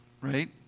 right